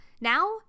Now